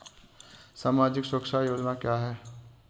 सामाजिक सुरक्षा योजना क्या है?